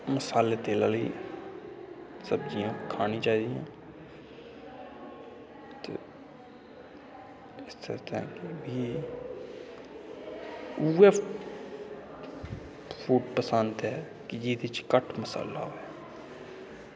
मसाले तेले आह्लियां सब्जियां खानी चाहि दियां ते क्योंकि उ'ऐ फूड पसंद ऐ कि जेह्दे च घट्ट मसाला होऐ